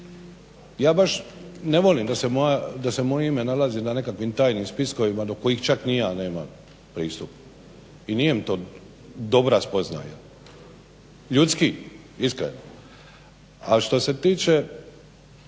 ja baš ne volim da se moje ime nalazi na nekakvim tajnim spiskovima do kojih čak ni ja nemam pristup. I nije mi to dobra spoznaja, ljudski, iskreno. Ali što se tiče